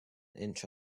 inch